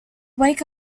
wake